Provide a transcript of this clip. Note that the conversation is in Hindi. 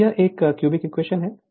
तो यह एक क्यूबिक इक्वेशन है